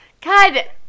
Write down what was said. God